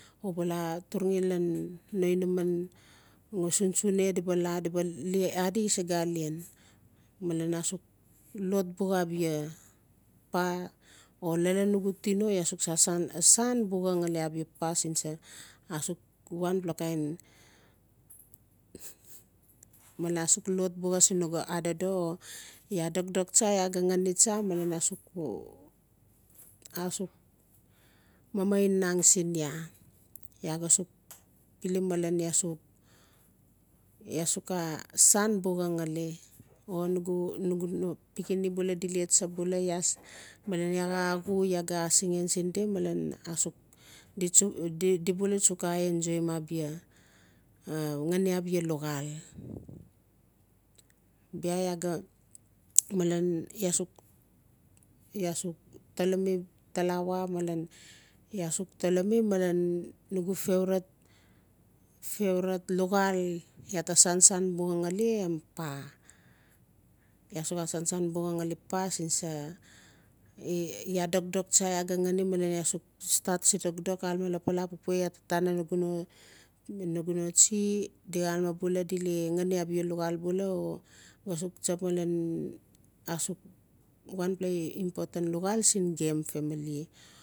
U ba la turungi lan no inaman no sunsune di ba la di ba le adi isagalen alen asuk lot buxa abia paa o lalan nugu tino aa suk xa san buxa ngali abia paa sin sa suk wanpla kain ma na asuk lot buxa sen nugu adodo o iaa dokdok tsa iaa ga ngani tsa male asuk asuk mamainang siin iaa. Iaa ga suk pilim malen iaa suk xa san ngali o nugu-nugu nugu no pikinini di le tsap bula iaa malen iaa xa axu ga asingan siin di malen asuk di suk di-di bula di suk xa enjouim abia ngani abia luxaal bia iaa ga malen iaa suk iaa suk tolomi malen nugu favourtie favourite luxaal ia ta sansan ngali em paa iaa suk xas sansan buxa ngali pas sun sa iaa dokdok tsa iaa ga ngani iaa suk stat sin dokdok gale pupua iaa ta tana nugu no tsi di xalame bula di ngani abia luxaal bual o ga suk tsap alen neu asuk wanpla important luxaal siin gem family.